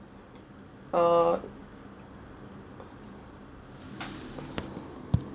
uh